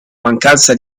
mancanza